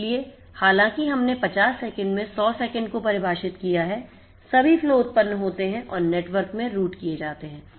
इसलिए हालांकि हमने 50 सेकंड में 100 सेकंड को परिभाषित किया है सभी फ्लो उत्पन्न होते हैं और नेटवर्क में रूट किए जाते हैं